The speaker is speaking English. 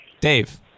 Dave